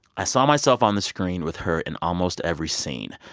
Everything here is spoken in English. i saw myself on the screen with her in almost every scene.